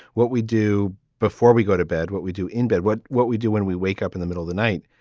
what we do before we go to bed, what we do in bed, what what we do when we wake up in the middle of the night.